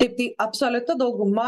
tiktai absoliuti dauguma